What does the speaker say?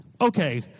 Okay